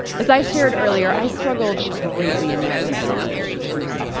as i shared earlier, i struggled greatly in my romantic relationships.